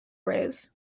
rays